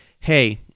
hey